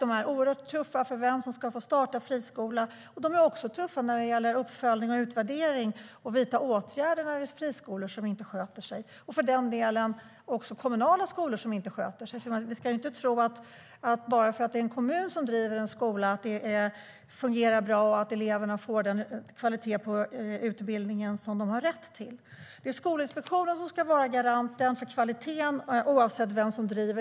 De är oerhört tuffa när det gäller vem som ska få starta en friskola. De är också tuffa när det gäller uppföljning och utvärdering och när det gäller att vidta åtgärder när det är friskolor som inte sköter sig och, för den delen, kommunala skolor som inte sköter sig. Vi ska ju inte tro att det fungerar bra och att eleverna får den kvalitet på utbildningen som de har rätt till bara för att det är en kommun som driver en skola. Det är Skolinspektionen som ska vara garanten för kvaliteten, oavsett vem som driver skolan.